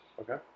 Okay